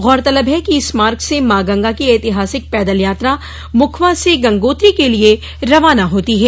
गौरतलब है कि इस मार्ग से मां गंगा की ऐतिहासिक पैदल यात्रा मुखवा से गंगोत्री के लिए रवाना होती है